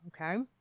okay